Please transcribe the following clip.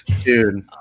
Dude